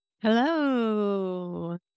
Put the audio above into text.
Hello